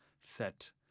set